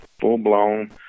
full-blown